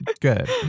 Good